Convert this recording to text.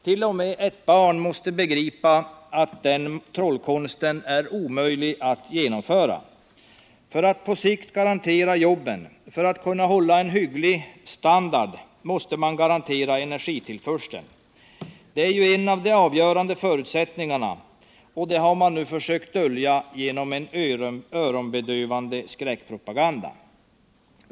T. o. m. ett barn måste begripa att det är omöjligt att utföra den trollkonsten. För att på sikt garantera jobben, för att kunna hålla en hygglig standard måste man garantera energitillförseln. Det är en av de avgörande förutsättningarna, som man har försökt dölja genom öronbedövande skräckpropaganda.